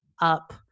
up